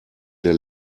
der